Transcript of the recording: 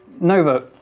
Nova